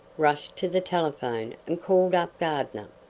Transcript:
rushed to the telephone and called up gardner.